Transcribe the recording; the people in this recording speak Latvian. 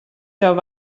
savu